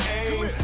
aim